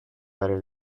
better